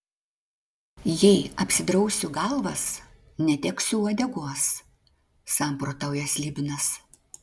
jei apsidrausiu galvas neteksiu uodegos samprotauja slibinas